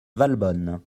valbonne